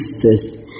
first